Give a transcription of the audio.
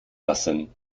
lassen